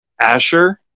Asher